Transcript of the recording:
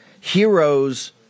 heroes